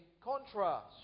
contrast